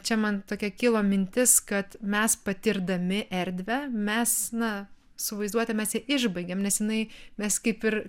čia man tokia kilo mintis kad mes patirdami erdvę mes na su vaizduote mes ją išbaigiam nes jinai mes kaip ir